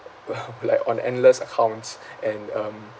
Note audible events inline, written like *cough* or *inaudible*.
*noise* like on endless accounts and um